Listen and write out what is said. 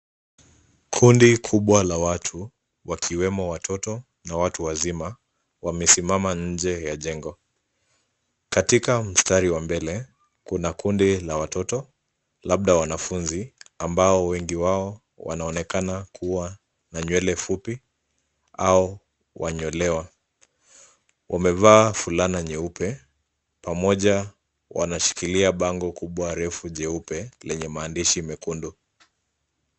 Kundi kubwa la watu wakiwemo watoto na watu wazima wamesimama nje ya jengo. Katika mstari wa mbele kuna kundi la watoto labda wanafunzi ambao wengi wao wanaonekana kuwa na nywele fupi au wanyolewa. Wamevaa fulana nyeupe, pamoja wanashikilia bango kubwa refu, jeupe lenye maandishi mekundu.